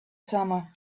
summer